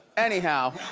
anyhow.